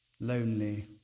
lonely